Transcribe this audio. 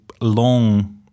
long